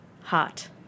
hot